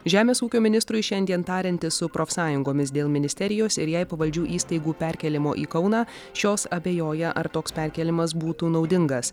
žemės ūkio ministrui šiandien tariantis su profsąjungomis dėl ministerijos ir jai pavaldžių įstaigų perkėlimo į kauną šios abejoja ar toks perkėlimas būtų naudingas